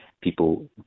people